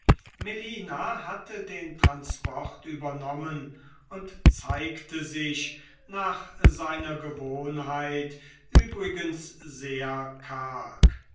melina hatte den transport übernommen und zeigte sich nach seiner gewohnheit übrigens sehr karg